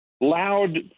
Loud